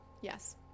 Yes